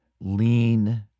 lean